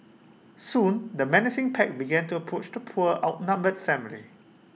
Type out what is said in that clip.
soon the menacing pack began to approach the poor outnumbered family